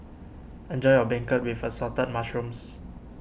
enjoy your Beancurd with Assorted Mushrooms